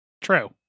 True